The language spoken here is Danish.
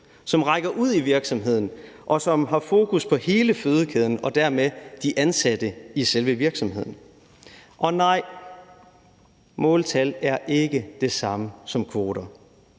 som rækker ud i virksomheden, og som har fokus på hele fødekæden og dermed de ansatte i selve virksomheden. Og nej, måltal er ikke det samme som kvoter.